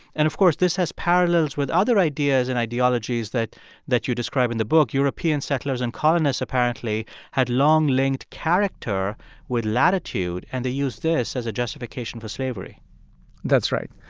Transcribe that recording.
and, of course, this has parallels with other ideas and ideologies that that you describe in the book. european settlers and colonists apparently had long linked character with latitude, and they used this as a justification for slavery that's right.